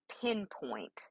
pinpoint